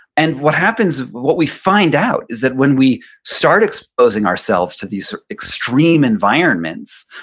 and what happens, what we find out is that when we start exposing ourselves to these extreme environments,